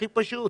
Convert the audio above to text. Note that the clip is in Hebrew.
הכי פשוט.